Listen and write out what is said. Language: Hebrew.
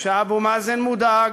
שאבו מאזן מודאג,